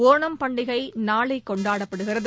ஒணம் பண்டிகை நாளை கொண்டாடப்படுகிறது